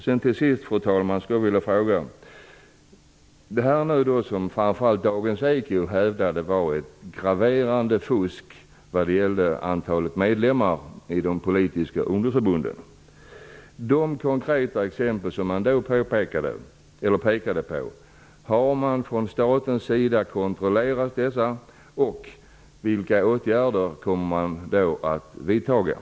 Slutligen, fru talman, vill jag fråga om det har förekommit graverande fusk när det gäller antalet medlemmar i de politiska förbunden, vilket framför allt Dagens eko hävdade. Har man från statens sida kontrollerat de konkreta exemplen? Vilka åtgärder vidtogs i så fall?